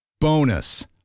Bonus